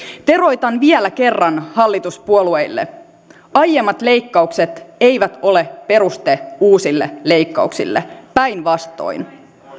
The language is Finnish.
teroitan vielä kerran hallituspuolueille aiemmat leikkaukset eivät ole peruste uusille leikkauksille päinvastoin